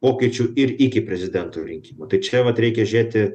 pokyčių ir iki prezidento rinkimų tai čia vat reikia žiūrėti